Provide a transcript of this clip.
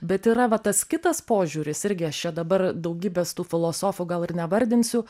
bet yra va tas kitas požiūris irgi aš čia dabar daugybės tų filosofų gal ir nevardinsiu